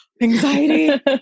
Anxiety